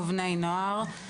בוקר טוב,